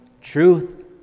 truth